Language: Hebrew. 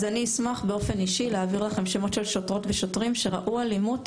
אני אשמח באופן אישי להעביר לכם שמות של שוטרות ושוטרים שראו אלימות.